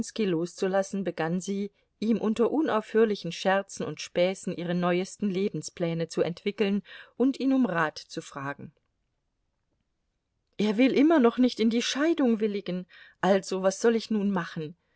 loszulassen begann sie ihm unter unaufhörlichen scherzen und späßen ihre neuesten lebenspläne zu entwickeln und ihn um rat zu fragen er will immer noch nicht in die scheidung willigen also was soll ich nun machen